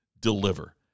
deliver